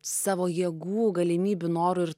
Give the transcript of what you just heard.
savo jėgų galimybių norų ir